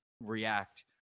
react